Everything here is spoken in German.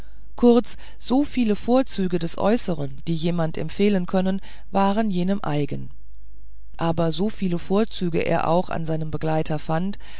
kurz so viele vorzüge des äußeren die jemand empfehlen können waren jenem eigen aber so viele vorzüge er auch an seinem begleiter fand